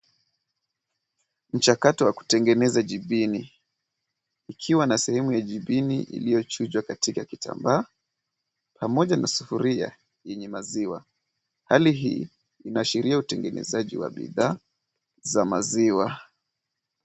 Mchakato wa kutengeneza jibini ikiwa na sehemu ya jibini iliyochunjwa katika kitambaa pamoja na sufuria yenye maziwa. Hali hii inaashiria utengenezaji wa bidhaa za maziwa.